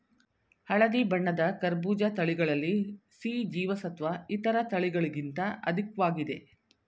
ಹಳದಿ ಬಣ್ಣದ ಕರ್ಬೂಜ ತಳಿಗಳಲ್ಲಿ ಸಿ ಜೀವಸತ್ವ ಇತರ ತಳಿಗಳಿಗಿಂತ ಅಧಿಕ್ವಾಗಿದೆ